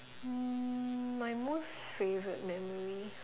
um my most favourite memory